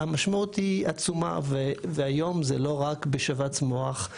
המשמעות היא עצומה והיום זה לא רק בשבץ מוח,